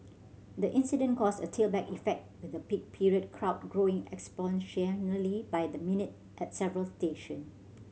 the incident caused a tailback effect with the peak period crowd growing exponentially by the minute at several station